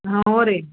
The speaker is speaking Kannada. ಹಾಂ ಹ್ಞೂ ರೀ